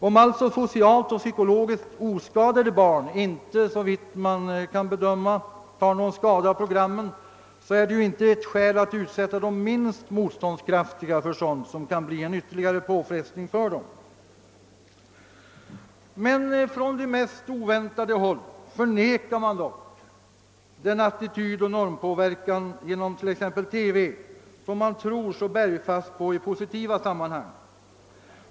Om alltså socialt och psykologiskt oskadade barn inte, såvitt man nu kan bedöma, tar någon skada av programmen, så är det ju inte ett skäl att utsätta de minst motståndskraftiga för sådant som kan bli en ytterligare påfrestning för dem. Från de mest oväntade håll förnekar man dock den attitydoch normpåverkan genom t.ex. TV som man tror så bergfast på i positiva sammanhang.